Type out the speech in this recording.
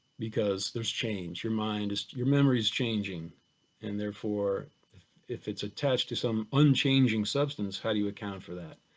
because there's change, your mind, your memory's changing and therefore if it's attached to some unchanging substance, how do you account for that?